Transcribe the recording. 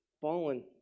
fallen